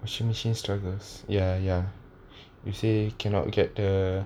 washing machine struggles ya ya you say cannot get the